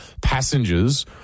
passengers